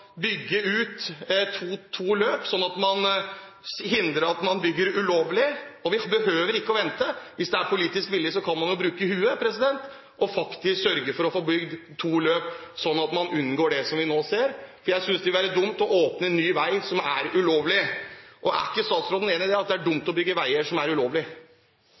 bygge ut to løp sånn at man ikke bygger ulovlig. Vi behøver ikke å vente. Hvis det er politisk vilje, kan man bruke hue og sørge for å få bygd to løp, sånn at man unngår det vi nå ser. For jeg synes det ville være dumt å åpne en ny vei som er ulovlig. Er ikke statsråden enig i at det er dumt å bygge veier som er